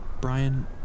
Brian